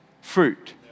fruit